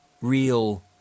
real